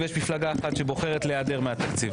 יש מפלגה אחת שבוחרת להיעדר מהתקציב.